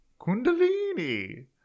Kundalini